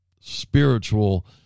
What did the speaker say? spiritual